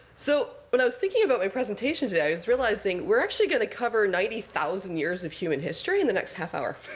so when i was thinking about my presentation today, i was realizing we're actually going to cover ninety thousand years of human history in the next half hour.